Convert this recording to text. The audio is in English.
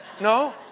No